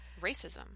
Racism